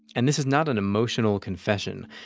and this is not an emotional confession.